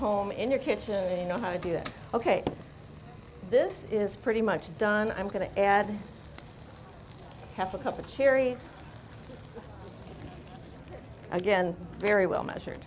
home in your kitchen you know how to do it ok this is pretty much done i'm going to add half a cup of cherries again very well measured